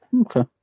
Okay